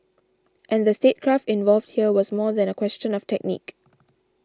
and the statecraft involved here was more than a question of technique